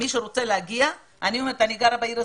מי שרוצה להגיע אני גרה שם,